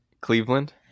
Cleveland